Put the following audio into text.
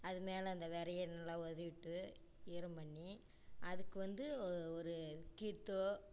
அது மேல் அந்த விரைய நல்லா ஒதவிட்டு ஈரம் பண்ணி அதுக்கு வந்து ஒரு கீற்றோ